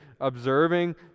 observing